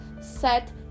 set